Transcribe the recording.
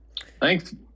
Thanks